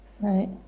Right